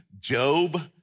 Job